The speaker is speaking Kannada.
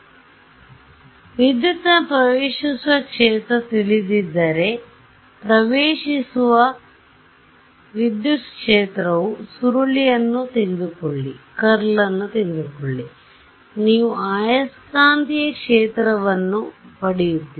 ಆದ್ದರಿಂದ ವಿದ್ಯುತ್ತಿನ ಪ್ರವೇಶಿಸುವ ಕ್ಷೇತ್ರ ತಿಳಿದಿದ್ದರೆ ಪ್ರವೇಶಿಸುವ ವಿದ್ಯುತ್ ಕ್ಷೇತ್ರವು ಸುರುಳಿಯನ್ನು ತೆಗೆದುಕೊಳ್ಳಿ ನೀವು ಆಯಸ್ಕಾಂತೀಯ ಕ್ಷೇತ್ರವನ್ನು ಪಡೆಯುತ್ತೀರಿ